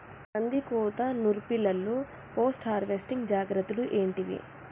కందికోత నుర్పిల్లలో post harvesting జాగ్రత్తలు ఏంటివి?